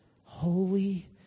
holy